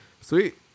sweet